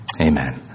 Amen